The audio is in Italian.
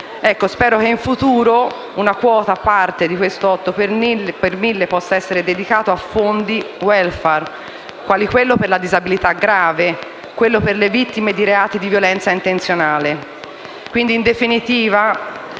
Spero che in futuro una quota parte di questo 8 per mille possa essere dedicato a fondi *welfare*, quali quello per la disabilità grave o quello per le vittime di reati di violenza intenzionale.